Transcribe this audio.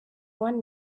one